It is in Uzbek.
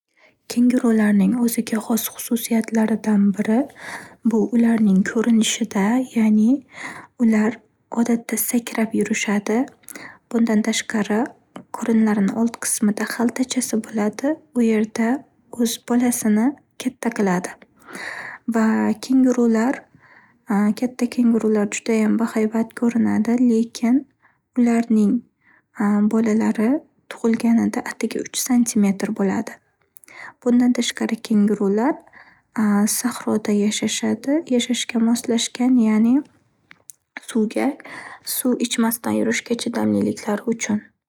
Kengurularning o'ziga xos xususiyatlardan biri, bu ularning ko'rinishida. Ya'ni ular odatda sakrab yurishadi. Bundan tashqari, qorinlarini old qismida xaltachasi bo'ladi. U yerda o'z bolasini katta qiladi. Va kengurular-katta kengurular judayam bahaybat ko'rinadi, lekin ularning bolalari tug'ilganida atigi uch sm bo'ladi. Bundan tashqari, kengurular sahroda yashashadi-yashashga moslashgan ya'ni, suvga-suv ichmasdan yurishga chidamliliklari uchun.